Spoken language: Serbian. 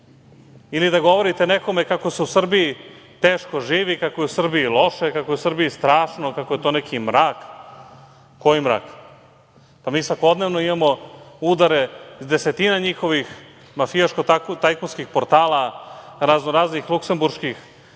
ili da govorite nekome kako se u Srbiji teško živi, kako je u Srbiji loše, kako je u Srbiji strašno, kako je to neki mrak. Koji mrak? Mi svakodnevno imamo udare desetina njihovih mafijaško tajkunskih portala, raznoraznih luksemburških